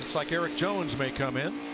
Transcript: like erik jones may come in.